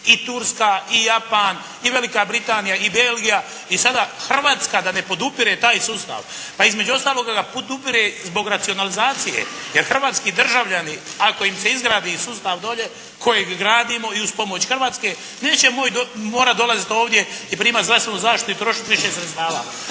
i Turska i Japan i Velika Britanija i Belgija i sada Hrvatska da ne podupire taj sustav, između ostaloga da ga podupire radi racionalizacije, jer Hrvatski državljani ako im se izgradi sustav dolje, kojeg gradimo, i uz pomoć Hrvatske neće morati dolaziti ovdje i primati zdravstvenu zaštitu i trošiti više sredstava.